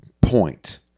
point